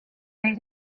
made